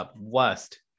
Worst